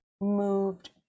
moved